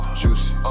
juicy